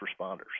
responders